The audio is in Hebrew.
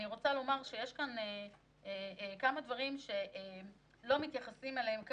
אני רוצה לומר שיש כאן כמה דברים שלא מתייחסים אליהם כאן.